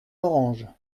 morange